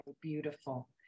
Beautiful